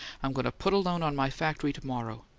i'm going to put a loan on my factory to-morrow.